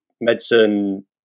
medicine